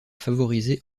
favorisé